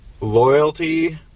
loyalty